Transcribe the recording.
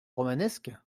romanesque